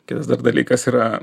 kitas dar dalykas yra